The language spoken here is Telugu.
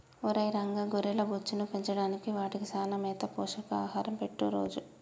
ఒరై రంగ గొర్రెల బొచ్చును పెంచడానికి వాటికి చానా మేత పోషక ఆహారం పెట్టు రోజూ